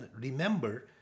remember